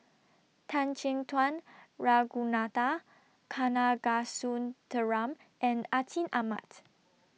Tan Chin Tuan Ragunathar Kanagasuntheram and Atin Amat